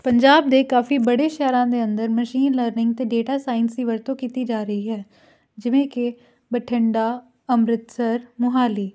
ਪੰਜਾਬ ਦੇ ਕਾਫੀ ਬੜੇ ਸ਼ਹਿਰਾਂ ਦੇ ਅੰਦਰ ਮਸ਼ੀਨ ਲਰਨਿੰਗ ਅਤੇ ਡੇਟਾ ਸਾਇੰਸ ਸੀ ਵਰਤੋਂ ਕੀਤੀ ਜਾ ਰਹੀ ਹੈ ਜਿਵੇਂ ਕਿ ਬਠਿੰਡਾ ਅੰਮ੍ਰਿਤਸਰ ਮੋਹਾਲੀ